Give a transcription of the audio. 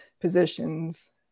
positions